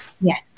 Yes